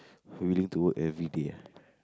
willing to work everyday ah